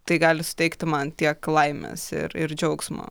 tai gali suteikti man tiek laimės ir ir džiaugsmo